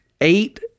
eight